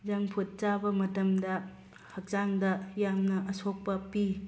ꯖꯪ ꯐꯨꯠ ꯆꯥꯕ ꯃꯇꯝꯗ ꯍꯛꯆꯥꯡꯗ ꯌꯥꯝꯅ ꯑꯁꯣꯛꯄ ꯄꯤ